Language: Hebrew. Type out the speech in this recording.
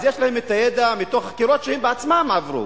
יש להם הידע, מתוך החקירות שהם עצמם עברו.